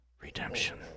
redemption